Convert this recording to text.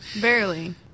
Barely